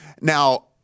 Now